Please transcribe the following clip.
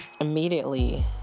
immediately